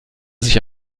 sich